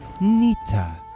Nita